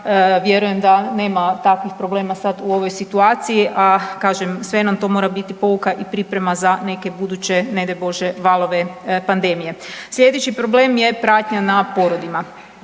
vjerujem da nema takvih problema sad u ovoj situaciji, a kažem sve nam to mora biti pouka i priprema za neke buduće ne daj Bože valove pandemije. Sljedeći problem je pratnja na porodima,